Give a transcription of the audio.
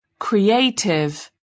Creative